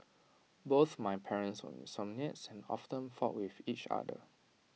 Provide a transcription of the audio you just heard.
both my parents were insomniacs and often fought with each other